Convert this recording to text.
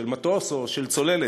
של מטוס או של צוללת,